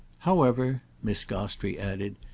however, miss gostrey added,